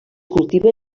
cultiva